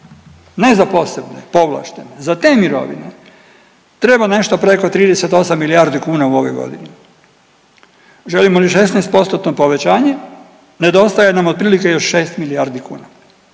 ne za posebne, povlaštene, za te mirovine treba nešto preko 38 milijardi kuna u ovoj godini. Želimo li 16%-tno povećanje nedostaje nam otprilike još 6 milijardi kuna.